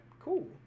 Cool